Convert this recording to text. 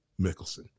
Mickelson